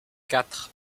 quatre